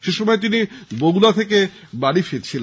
সে সময় তিনি বোগুলা থেকে বাড়ি ফিরছিলেন